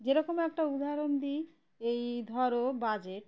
যেরকম একটা উদাহরণ দিই এই ধরো বাজেট